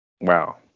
wow